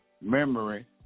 memory